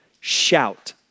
shout